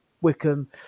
Wickham